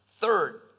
Third